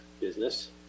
business